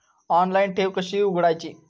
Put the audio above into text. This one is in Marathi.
ऑनलाइन ठेव कशी उघडायची?